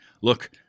look